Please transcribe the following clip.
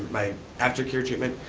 my aftercare treatment,